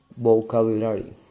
Vocabulary